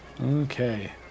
Okay